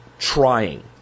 Trying